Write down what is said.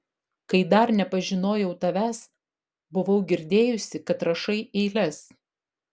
kai dar nepažinojau tavęs buvau girdėjusi kad rašai eiles